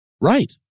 Right